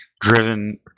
driven